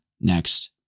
next